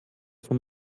von